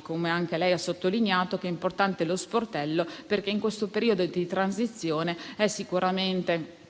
come anche lei ha sottolineato - che è importante lo sportello, perché in questo periodo di transizione è sicuramente rilevante